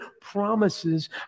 promises